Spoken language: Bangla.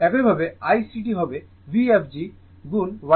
একইভাবে Icd হবে Vfg গুণ Ycd